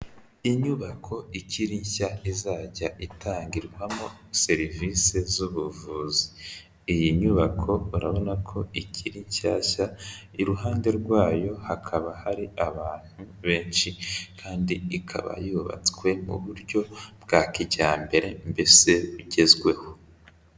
Inyubako ikiri nshya izajya itangirwamo serivisi z'ubuvuzi, iyi nyubako urabona ko ikiri nshyashya, iruhande rwayo hakaba hari abantu benshi kandi ikaba yubatswe mu buryo bwa kijyambere mbese bugezweho.